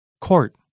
Court